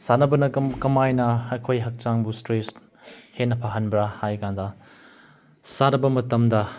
ꯁꯥꯟꯅꯕꯅ ꯀꯃꯥꯏꯅ ꯑꯩꯈꯣꯏ ꯍꯛꯆꯥꯡꯕꯨ ꯏꯁꯇ꯭ꯔꯦꯁ ꯍꯦꯟꯅ ꯐꯍꯟꯕ꯭ꯔꯥ ꯍꯥꯏ ꯀꯥꯟꯗ ꯁꯥꯟꯅꯕ ꯃꯇꯝꯗ